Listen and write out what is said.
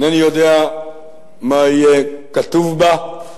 אינני יודע מה יהיה כתוב בה.